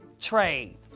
trade